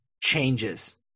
changes